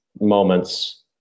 moments